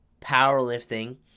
powerlifting